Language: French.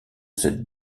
cette